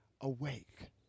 awake